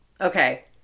Okay